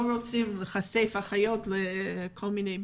לא רצו להיחשף לכל מיני ביקורים,